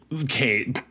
Okay